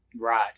Right